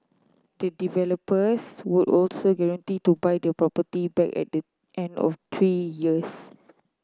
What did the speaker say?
the developers would also guarantee to buy the property back at the end of three years